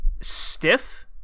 stiff